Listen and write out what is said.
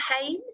pain